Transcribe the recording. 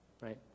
right